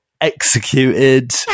executed